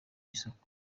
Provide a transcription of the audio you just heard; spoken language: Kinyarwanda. isoko